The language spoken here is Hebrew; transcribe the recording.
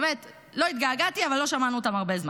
באמת, לא התגעגעתי, אבל לא שמענו אותן הרבה זמן.